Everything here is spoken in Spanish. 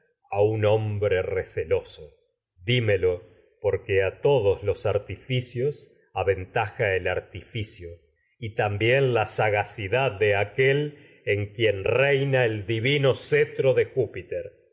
un hombre receloso dímelo porque a todos los artificios y aventaja en el artificio el también cetro la de sagacidad de aquel oh quien reina divino júpiter